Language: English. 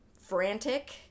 frantic